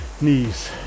knees